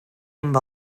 amb